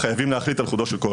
חייבים להחליט על חודו של קול.